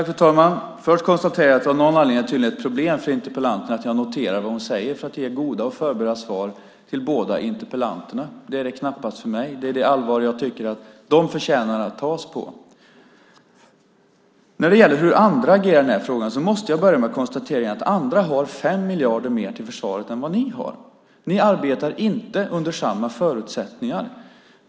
Fru talman! Först konstaterar jag att det av någon anledning tydligen är ett problem för interpellanten att jag noterar vad hon säger för att ge goda och förberedda svar till båda interpellanterna. Det är det knappast för mig. Det är det allvar jag tycker att de förtjänar att tas på. När det gäller hur andra agerar i den här frågan måste jag börja med att konstatera att andra har 5 miljarder mer till försvaret än ni har. Ni arbetar inte under samma förutsättningar.